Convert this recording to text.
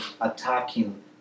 attacking